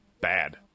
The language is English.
bad